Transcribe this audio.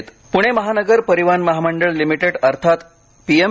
प्णे महानगर परिवहन महामंडळ लिमिटेड अर्थात एम